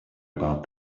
about